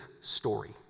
story